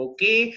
Okay